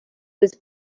was